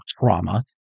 trauma